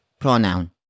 Pronoun